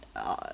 err